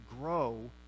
grow